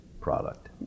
product